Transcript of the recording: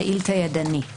שאילתה ידנית